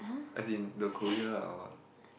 as in the Korea lah or what